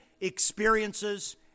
experiences